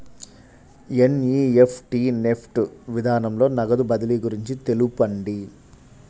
NEFT NEFT విధానంలో నగదు బదిలీ గురించి తెలుపండి?